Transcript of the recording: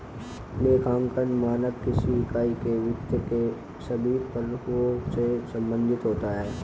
लेखांकन मानक किसी इकाई के वित्त के सभी पहलुओं से संबंधित होता है